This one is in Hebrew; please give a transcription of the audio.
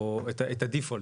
או את ה-default.